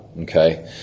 okay